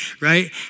right